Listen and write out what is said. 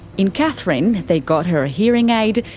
in katherine, they got her a hearing aid,